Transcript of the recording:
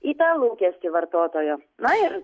į tą lūkestį vartotojų na ir